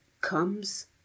comes